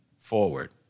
forward